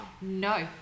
no